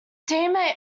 teammate